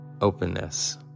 openness